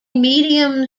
medium